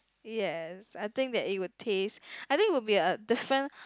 yes I think that it will taste I think it will be a different